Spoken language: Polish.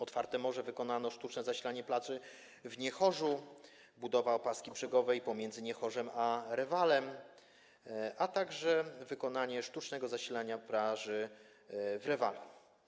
Otwarte morze: wykonanie sztucznego zasilania plaży w Niechorzu, budowa opaski brzegowej pomiędzy Niechorzem a Rewalem, a także wykonanie sztucznego zasilania plaży w Rewalu.